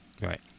Right